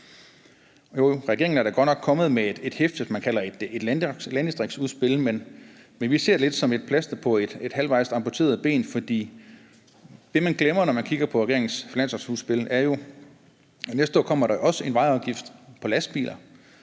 regeringen er da godt nok kommet med et hæfte, man kalder et landdistriktsudspil, men vi ser det lidt som et plaster på et halvvejs amputeret ben. For det, man glemmer, når man kigger på regeringens finanslovsudspil, er jo, at næste år kommer der også en vejafgift på lastbiler,